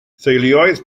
theuluoedd